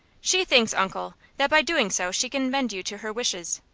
she thinks, uncle, that by doing so she can bend you to her wishes.